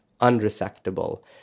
unresectable